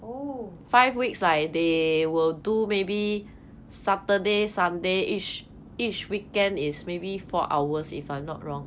oh